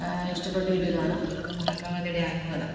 ഇഷ്ടപ്പെട്ട ഒരു ഇതാണ് മഹാത്മാഗാന്ധിയുടെ ആത്മകഥ